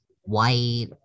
white